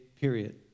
period